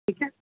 ਠੀਕ ਹੈ